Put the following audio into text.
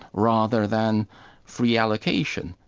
rather than free allocation.